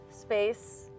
space